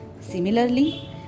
Similarly